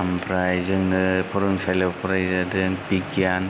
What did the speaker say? ओमफ्राय जोंनो फरायसालियाव फरायहोदों बिगियान